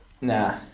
Nah